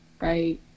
right